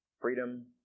Freedom